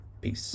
peace